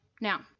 Now